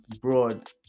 broad